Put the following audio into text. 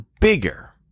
bigger